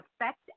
affect